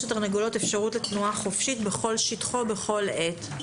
לתרנגולות אפשרות לתנועה חופשית בכל שטחו בכל עת".